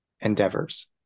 endeavors